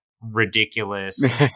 ridiculous